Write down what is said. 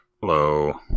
Hello